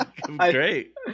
great